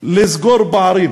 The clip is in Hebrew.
לסגור פערים